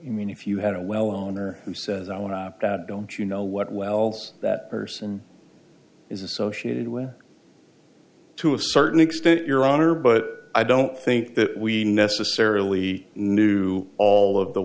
you mean if you had a well owner who says i want to opt out don't you know what wells that person is associated with to a certain extent your honor but i don't think that we necessarily knew all of the